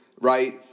Right